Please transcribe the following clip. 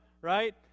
right